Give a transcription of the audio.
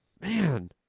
man